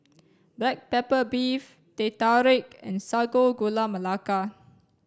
black pepper beef Teh Tarik and Sago Gula Melaka